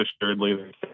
assuredly